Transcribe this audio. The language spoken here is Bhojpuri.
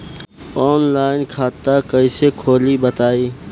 आनलाइन खाता कइसे खोली बताई?